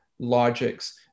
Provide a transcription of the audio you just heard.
logics